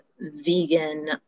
vegan